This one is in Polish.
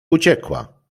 uciekła